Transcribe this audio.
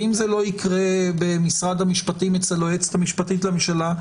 ואם זה לא יקרה במשרד המשפטים אצל היועצת המשפטית לממשלה,